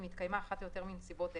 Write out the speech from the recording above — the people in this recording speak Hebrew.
אם התקיימה אחת או יותר מנסיבות אלה: